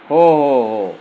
हो हो हो